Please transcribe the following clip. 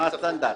מה הסטנדרט?